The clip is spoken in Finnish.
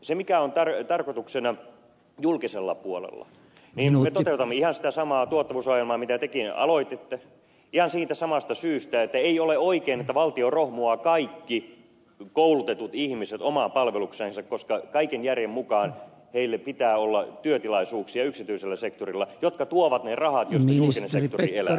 se mikä on tarkoituksena julkisella puolella on se että me toteutamme ihan sitä samaa tuottavuusohjelmaa minkä tekin aloititte ihan siitä samasta syystä että ei ole oikein että valtio rohmuaa kaikki koulutetut ihmiset omaan palvelukseensa koska kaiken järjen mukaan heille pitää olla yksityisellä sektorilla työtilaisuuksia jotka tuovat ne rahat joista julkinen sektori elää